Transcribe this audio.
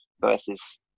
versus